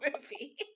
movie